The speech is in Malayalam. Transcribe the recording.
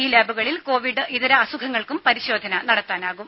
ഈ ലാബുകളിൽ കോവിഡ് ഇതര അസുഖങ്ങൾക്കും പരിശോധന നടത്താനാകും